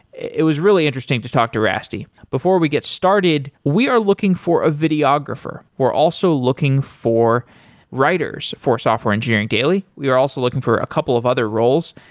it was really interesting to talk to rasty. before we get started, we are looking for a videographer. we're also looking for writers for software engineering daily. we are also looking for a couple of other roles.